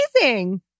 amazing